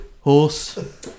Horse